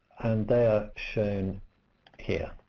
they're shown here.